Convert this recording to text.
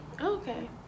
okay